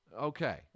okay